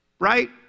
Right